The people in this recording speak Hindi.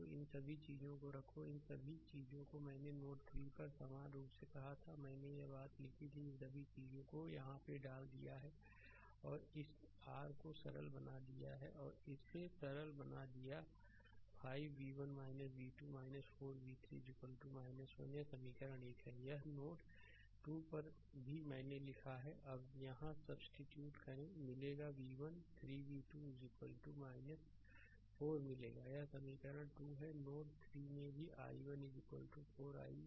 तो इन सभी चीजों को रखो इन सभी चीजों को मैंने नोड 3 पर समान रूप से कहा था मैंने यह बात लिखी थी इन सभी चीजों को यहां भी डाल दिया और इस r को सरल बना दिया और इसे सरल बना दिया 5 v1 v2 4 v3 1 यह समीकरण 1 है यह नोड 2 पर भी मैंने लिखा था अब यहां सब्सीट्यूट करें मिलेगा v1 3 v2 4 मिलेगा यह समीकरण 2 है नोड 3 में भी i1 4 i4 है